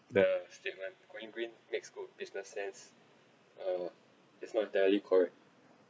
the statement going green makes good business sense uh is not entirely correct